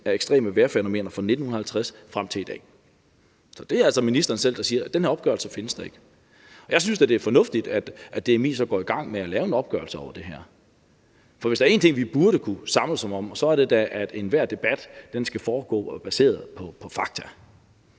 af ekstreme vejrfænomener fra 1950 frem til i dag. Så det er altså ministeren selv, der siger, at den her opgørelse ikke findes. Jeg synes da, det er fornuftigt, at DMI så går i gang med at lave en opgørelse over det her. For hvis der er én ting, vi burde kunne samles om, er det da, at enhver debat skal foregå og være baseret på fakta.